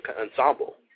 ensemble